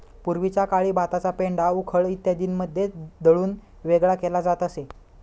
पूर्वीच्या काळी भाताचा पेंढा उखळ इत्यादींमध्ये दळून वेगळा केला जात असे